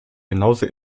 genauso